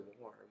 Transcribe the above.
warm